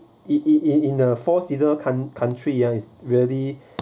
it it it in a four seater coun~ country ya it's really